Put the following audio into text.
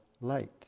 light